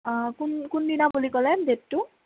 কোন কোনদিনা বুলি ক'লে আপুনি ডেটটো